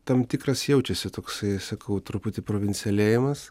tam tikras jaučiasi toksai sakau truputį provincialėjimas